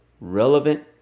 relevant